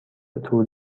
طول